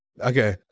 okay